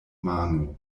mano